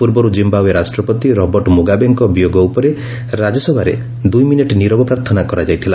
ପୂର୍ବରୁ ଜିମ୍ଭାଓ୍ୱେ ରାଷ୍ଟ୍ରପତି ରବର୍ଟ ମୁଗାବେଙ୍କ ବିୟୋଗ ଉପରେ ରାଜ୍ୟସଭାରେ ଦୁଇମିନିଟ୍ ନୀରବ ପ୍ରାର୍ଥନା କରାଯାଇଥିଲା